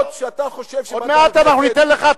עוד מעט ניתן לך,